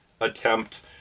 attempt